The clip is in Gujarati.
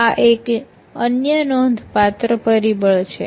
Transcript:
આ એક અન્ય નોંધપાત્ર પરિબળ છે